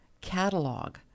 catalog